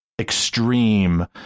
Extreme